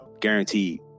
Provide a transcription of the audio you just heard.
Guaranteed